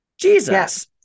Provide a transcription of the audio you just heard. Jesus